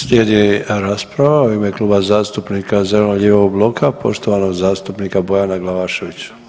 Slijedi rasprava u ime Kluba zastupnika zeleno-lijevog bloka, poštovanog zastupnika Bojana Glavaševića.